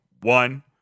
One